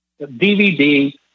DVD